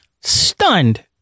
stunned